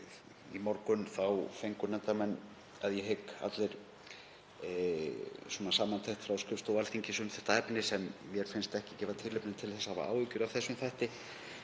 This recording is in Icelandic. Í morgun fengu nefndarmenn, að ég hygg allir, samantekt frá skrifstofu Alþingis um þetta efni sem mér finnst ekki gefa tilefni til að hafa áhyggjur af þessum þætti.